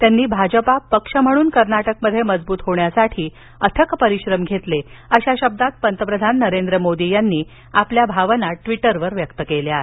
त्यांनी भाजपा पक्ष म्हणून कर्नाटकमध्ये मजबूत होण्यासाठी अथक परिश्रम घेतले अशा शब्दात पंतप्रधान नरेंद्र मोदी यांनी आपल्या भावना ट्वीटरवर व्यक्त केल्या आहेत